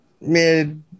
mid